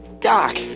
Doc